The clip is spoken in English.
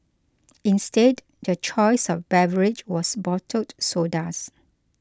instead their choice of beverage was bottled sodas